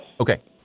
Okay